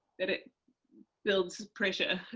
that it builds pressure,